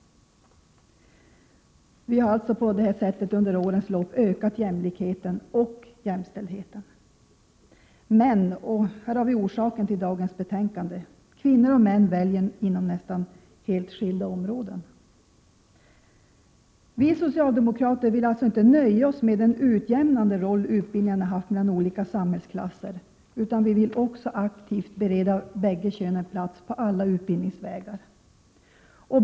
Vi har alltså på detta sätt under årens lopp ökat jämlikheten och jämställdheten. Men -— och här har vi orsaken till dagens betänkande — kvinnor och män väljer inom nästan helt skilda områden. Vi socialdemokrater vill inte nöja oss med den utjämnande roll som utbildningen har haft mellan olika samhällsklasser, utan vi vill också aktivt bereda bägge könen plats på alla utbildningsvägar.